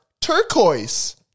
turquoise